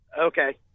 okay